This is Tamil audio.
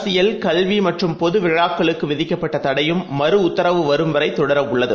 அரசியல் கல்விமற்றும்பொதுவிழாக்களுக்குவிதிக்கப்பட்டதடையும்மறுஉத்தரவுவரும்வ ரைதொடரஉள்ளது